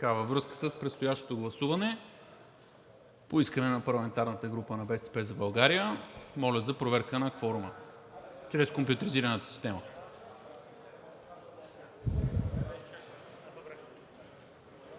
връзка с предстоящото гласуване по искане на парламентарната група на „БСП за България“ моля за проверка на кворума чрез компютризираната система.